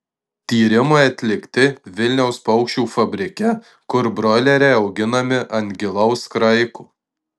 tyrimai atlikti vilniaus paukščių fabrike kur broileriai auginami ant gilaus kraiko